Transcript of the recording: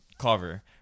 cover